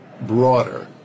broader